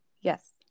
yes